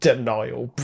Denial